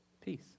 peace